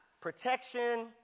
protection